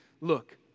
look